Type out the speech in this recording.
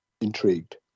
intrigued